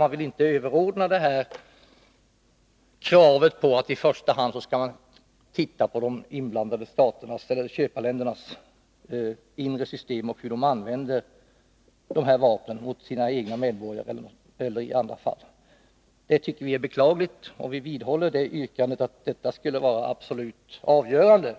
Man vill inte överordna kravet att i första hand granska köparländernas inre system och huruvida de använder vapnen mot sina egna medborgare. Vi tycker utskottets ställningstagande är beklagligt och vidhåller vårt yrkande att just detta skulle vara absolut avgörande.